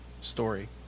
story